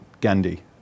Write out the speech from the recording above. Gandhi